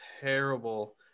terrible